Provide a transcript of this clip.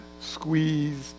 squeezed